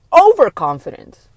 overconfident